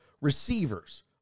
receivers